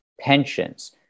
pensions